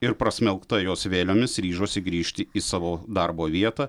ir prasmelkta jos vėliomis ryžosi grįžti į savo darbo vietą